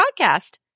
Podcast